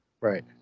Right